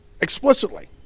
explicitly